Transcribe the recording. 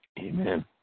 Amen